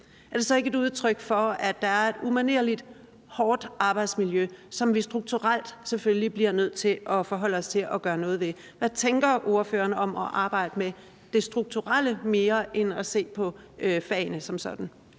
er det så ikke et udtryk for, at der er et umanerlig hårdt arbejdsmiljø, som vi selvfølgelig strukturelt bliver nødt til at forholde os til og gøre noget ved? Hvad tænker ordføreren om at arbejde mere med det strukturelle end at se på fagene som sådan?